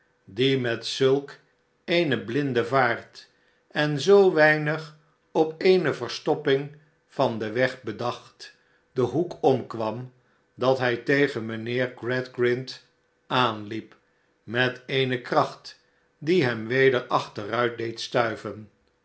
die met zulk eene blinde vaart en zoo weinig op eene verstopping van den weg bedacht den hoek omkwam dat hij tegen mijnheer gradgrind aanliep met eene kracht die hem weder achteruit deed stuiven